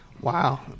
Wow